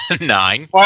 Nine